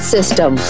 System